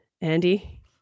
Andy